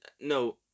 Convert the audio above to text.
No